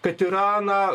kad yra na